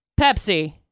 Pepsi